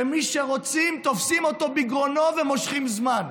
שאת מי שרוצים תופסים בגרונו ומושכים זמן.